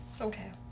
Okay